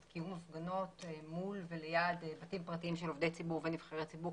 כינוס מול וליד בתים פרטיים של עובדי ציבור ונבחרי ציבור,